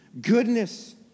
goodness